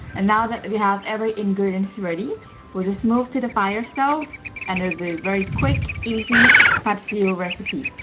and now that we have every ingredients ready we'll just move to the fire stove and it'll be very quick easy pad see ew recipe,